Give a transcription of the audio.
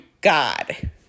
God